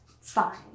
Fine